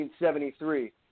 1973